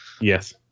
Yes